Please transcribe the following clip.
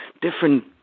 different